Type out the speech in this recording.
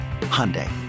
Hyundai